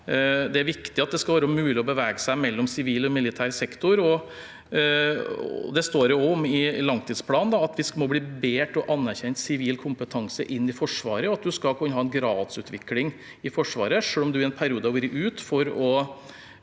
Det er viktig at det skal være mulig å bevege seg mellom sivil og militær sektor. Det står også i langtidsplanen at vi må bli bedre til å anerkjenne sivil kompetanse inn i Forsvaret, og at man skal kunne ha en gradsutvikling i Forsvaret selv om man i en periode har vært ute for å